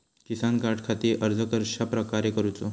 किसान कार्डखाती अर्ज कश्याप्रकारे करूचो?